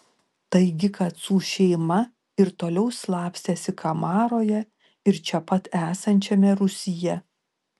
taigi kacų šeima ir toliau slapstėsi kamaroje ir čia pat esančiame rūsyje